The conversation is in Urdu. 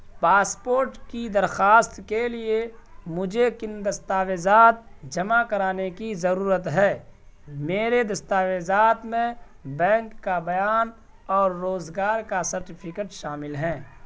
پاسپورٹ کی درخواست کے لیے مجھے کن دستاویزات جمع کرانے کی ضرورت ہے میرے دستاویزات میں بینک کا بیان اور روزگار کا سرٹیفکیٹ شامل ہیں